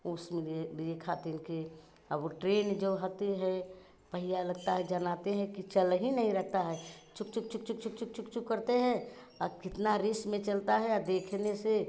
उसमें लिए लिए खातिन के अब ऊ ट्रेन जो होती है पहिया लगता है जनाते हैं कि चल ही नहीं रहता है छुक छुक छुक छुक छुक छुक छुक छुक करते है कितना रिस में चलता है देखने से